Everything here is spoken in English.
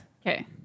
Okay